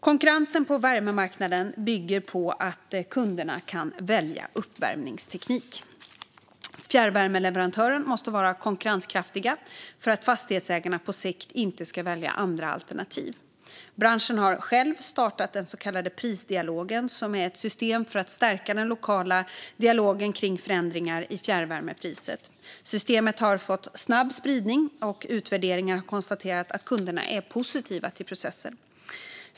Konkurrensen på värmemarknaden bygger på att kunderna kan välja uppvärmningsteknik. Fjärrvärmeleverantörer måste vara konkurrenskraftiga för att fastighetsägarna inte på sikt ska välja andra alternativ. Branschen har själv startat den så kallade Prisdialogen, som är ett system för att stärka den lokala dialogen kring förändringar i fjärrvärmepriset. Systemet har fått snabb spridning, och vid utvärderingar har det konstaterats att kunderna är positiva till processen.